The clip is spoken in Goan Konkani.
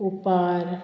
उपार